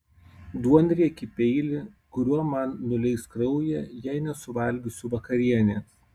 duonriekį peilį kuriuo man nuleis kraują jei nesuvalgysiu vakarienės